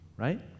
Right